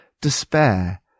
Despair